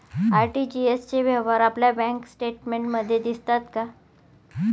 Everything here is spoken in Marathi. आर.टी.जी.एस चे व्यवहार आपल्या बँक स्टेटमेंटमध्ये दिसतात का?